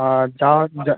আর যাওয়ার যা